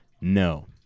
No